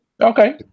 Okay